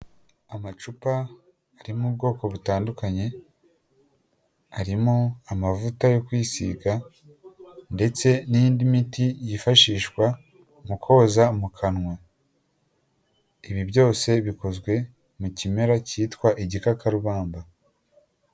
Amacupa ari mu bwoko butandukanye arimo amavuta yo kwisiga ndetse n'indi miti yifashishwa mu koza mu kanwa ibi byose bikozwe mu kimera cyitwa igikakarubamba.